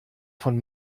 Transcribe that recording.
von